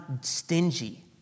stingy